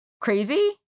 crazy